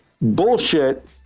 Bullshit